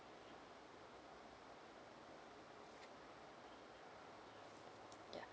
ya